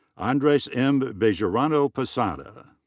andres m. bejarano posada.